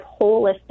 holistic